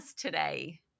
today